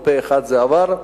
וזה עבר פה-אחד,